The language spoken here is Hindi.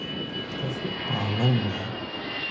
पशुपालन में